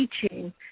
teaching